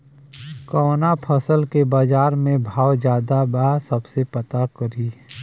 कवना फसल के बाजार में भाव ज्यादा बा कैसे पता करि?